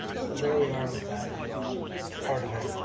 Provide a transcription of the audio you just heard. so there we are with that part of it.